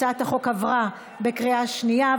הצעת החוק עבירה בקריאה שנייה.